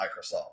Microsoft